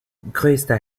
größter